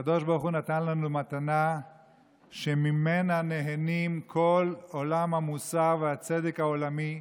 הקדוש ברוך הוא נתן לנו מתנה שממנה נהנה כל עולם המוסר והצדק העולמי,